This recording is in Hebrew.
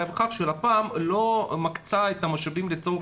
היו שלפ"ם לא מקצה את המשאבים לצורך